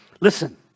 Listen